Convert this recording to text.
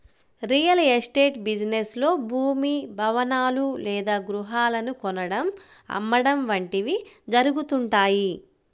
real estate business లో భూమి, భవనాలు లేదా గృహాలను కొనడం, అమ్మడం వంటివి జరుగుతుంటాయి